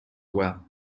well